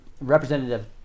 representative